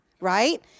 right